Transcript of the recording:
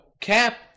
Cap